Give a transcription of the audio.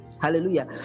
hallelujah